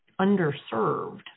underserved